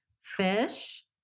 Fish